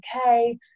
okay